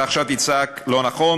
אתה עכשיו תצעק "לא נכון".